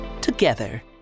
together